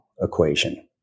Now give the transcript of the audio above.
equation